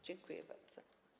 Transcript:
Dziękuję bardzo.